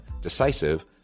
decisive